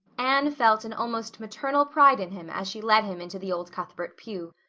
anne felt an almost maternal pride in him as she led him into the old cuthbert pew.